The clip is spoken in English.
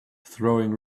throwing